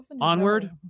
onward